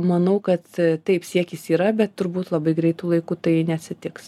manau kad taip siekis yra bet turbūt labai laiku tai neatsitiks